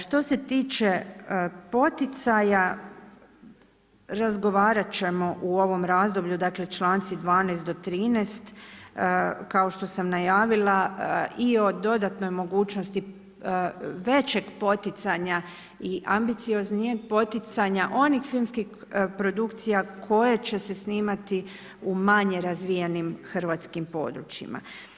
Što se tiče poticaja, razgovarat ćemo u ovom razdoblju, dakle članci 12. do 13. kao što sam najavila i o dodatnoj mogućnosti većeg poticanja i ambicioznijeg poticanja onih filmskih produkcija koje će se snimati u manje razvijenim hrvatskim područjima.